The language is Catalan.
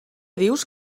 dius